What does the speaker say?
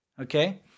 okay